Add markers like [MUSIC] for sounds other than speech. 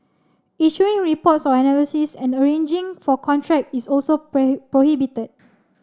issuing reports or analysis and arranging for contract is also [UNINTELLIGIBLE] prohibited